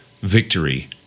victory